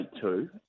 two